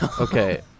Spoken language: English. Okay